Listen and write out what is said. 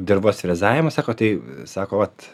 dirvos rezavimas sako tai sako vat